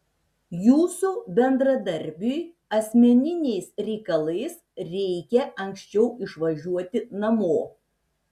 jūsų bendradarbiui asmeniniais reikalais reikia anksčiau išvažiuoti namo